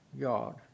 God